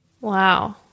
Wow